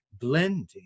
blending